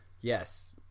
Yes